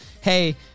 hey